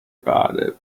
rather